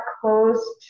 close